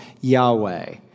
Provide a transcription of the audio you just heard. Yahweh